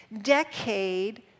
decade